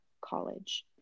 college